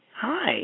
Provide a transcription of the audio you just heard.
Hi